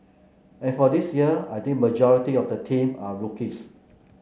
and for this year I think majority of the team are rookies